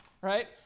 right